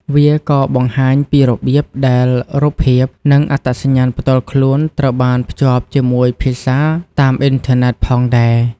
វាក៏បង្ហាញពីរបៀបដែលរូបភាព និងអត្តសញ្ញាណផ្ទាល់ខ្លួនត្រូវបានភ្ជាប់ជាមួយភាសាតាមអ៊ីនធឺណិតផងដែរ។